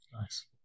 Nice